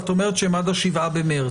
אבל את אומרת שהן עד ה-7 במרס.